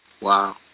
Wow